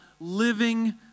living